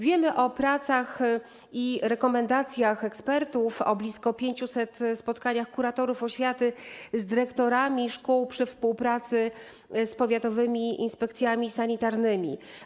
Wiemy o pracach i rekomendacjach ekspertów, o blisko 500 spotkaniach kuratorów oświaty z dyrektorami szkół przy współpracy z powiatowymi inspekcjami sanitarnymi.